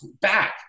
back